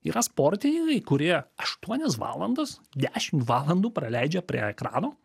yra sportininkai kurie aštuonias valandas dešim valandų praleidžia prie ekrano